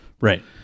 Right